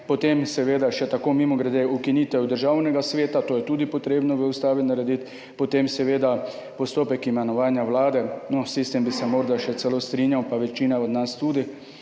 potem še tako mimogrede ukinitev Državnega sveta, to je tudi treba narediti v ustavi, potem seveda postopek imenovanja vlade, no, s tem bi se morda še celo strinjal, pa večina od nas tudi,